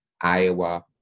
Iowa